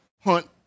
hunt